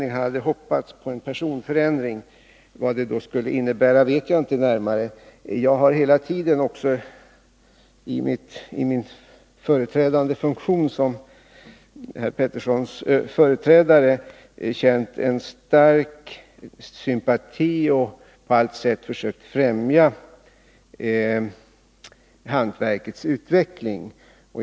Han hade hoppats på en sådan förändring. Men vad den skulle innebära vet jag inte något närmare om. Jag har hela tiden i min funktion som herr Petersons företrädare känt stark sympati i detta sammanhang, och jag har på alla sätt försökt att främja hantverkets utveckling.